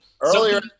earlier